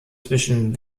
zwischen